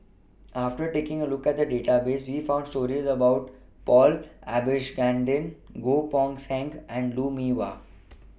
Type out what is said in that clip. after taking A Look At The Database We found stories about Paul Abisheganaden Goh Poh Seng and Lou Mee Wah